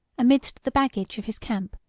amidst the baggage of his camp,